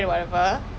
okay okay